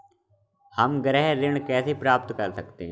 हम गृह ऋण कैसे प्राप्त कर सकते हैं?